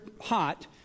hot